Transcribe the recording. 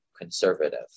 conservative